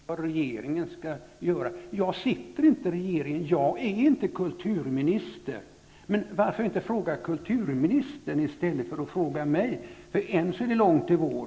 Herr talman! Åke Gustavsson ställer till mig en fråga om vad regeringen skall göra. Jag sitter inte i regeringen. Jag är inte kulturminister. Varför inte fråga kulturministern i stället för att fråga mig? För än så länge är det långt till vår.